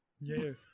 Yes